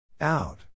Out